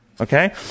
Okay